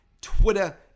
Twitter